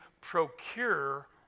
procure